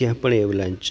ત્યાં પણ એવલાંચ